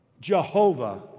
Jehovah